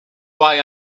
why